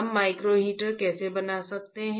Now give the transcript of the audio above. हम micro heater कैसे बना सकते हैं